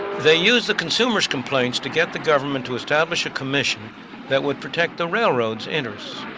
they used the consumers' complaints to get the government to establish a commission that would protect the railroad's interest.